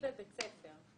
בדרך כלל משרד הרווחה.